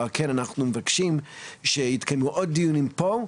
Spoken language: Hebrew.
ועל כן אנחנו מבקשים שיתקיימו עוד דיונים פה,